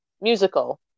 musical